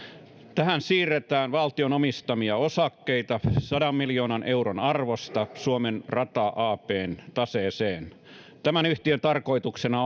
tässä siirretään valtion omistamia osakkeita sadan miljoonan euron arvosta oy suomen rata abn taseeseen tämän yhtiön tarkoituksena